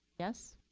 yes?